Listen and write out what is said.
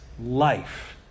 life